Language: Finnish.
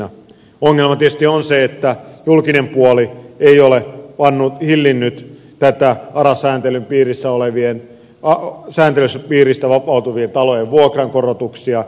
ongelma tietysti on se että julkinen puoli ei ole hillinnyt näitä ara sääntelyn piiristä vapautuvien talojen vuokrankorotuksia